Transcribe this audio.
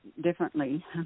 differently